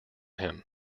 him